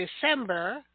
December